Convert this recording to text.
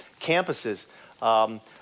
campuses